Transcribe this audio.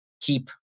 keep